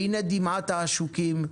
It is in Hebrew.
והנה דמעת העשוקים,